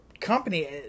company